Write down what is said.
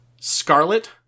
Scarlet